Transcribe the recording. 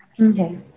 Okay